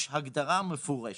יש הגדרה מפורשת,